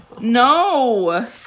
No